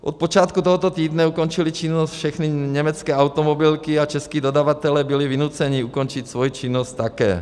Od počátku tohoto týdne ukončily činnost všechny německé automobilky a čeští dodavatelé byli vynuceni ukončit svoji činnost také.